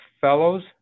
fellows